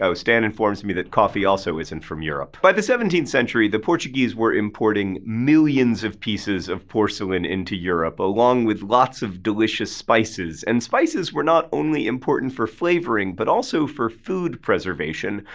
so stan informs me that coffee also isn't from europe. by the seventeenth century, the portuguese were importing millions of pieces of porcelain into europe along with lots of delicious spices. and spices were not only important for flavouring, but also for food preservation.